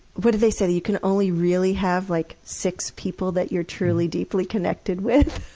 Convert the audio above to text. what do they say you can only really have, like, six people that you're truly, deeply connected with?